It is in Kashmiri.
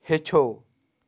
ہیٚچھَو